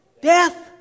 death